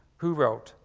who wrote,